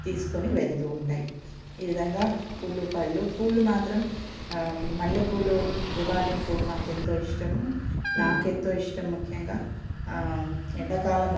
తీసుకుని వెళ్తూ ఉంటాయి ఈ విధంగా పూలు పళ్ళు పూలు మాత్రం మల్లెపూలు గుబాళింపు మాకెంతో ఇష్టము నాకెంతో ఇష్టం ముఖ్యంగా ఎండాకాలము